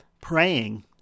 praying